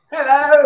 Hello